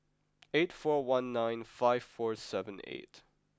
eight four one nine five four seven eight